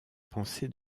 pensée